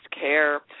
care